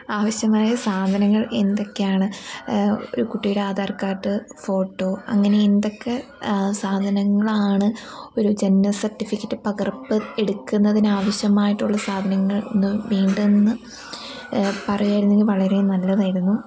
ആവശ്യമായ സാധനങ്ങൾ എന്തൊക്കെ ആണ് ഒരു കുട്ടിയുടെ ആധാർ കാർഡ് ഫോട്ടോ അങ്ങനെ എന്തൊക്കെ സാധനങ്ങളാണ് ഒരു ജനന സർട്ടിഫിക്കറ്റ് പകർപ്പ് എടുക്കുന്നതിന് ആവശ്യമായിട്ടുള്ള സാധനങ്ങൾ എന്ന് വേണ്ടെന്ന് പറയുമായിരുന്നെങ്കിൽ വളരെ നല്ലതായിരുന്നു